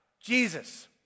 Jesus